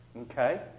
Okay